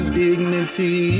dignity